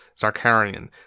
Zarkarian